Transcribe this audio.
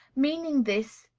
meaning this,